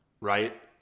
right